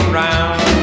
round